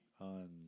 on